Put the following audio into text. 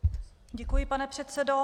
Děkuji, pane předsedo.